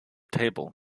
table